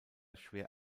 schwer